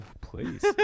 please